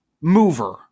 mover